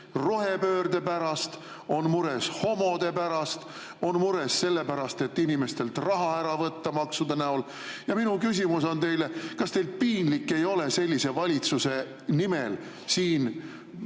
rohepöörde pärast, on mures homode pärast, on mures selle pärast, et inimestelt raha ära võtta maksude näol. Minu küsimus teile on: kas teil piinlik ei ole sellise valitsuse nimel siin